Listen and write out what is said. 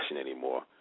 anymore